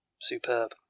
Superb